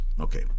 Okay